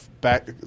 back